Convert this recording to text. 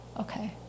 Okay